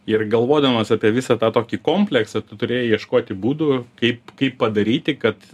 ir galvodamas apie visą tą tokį kompleksą tu turėjai ieškoti būdų kaip kaip padaryti kad